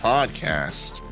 Podcast